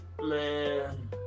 man